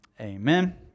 amen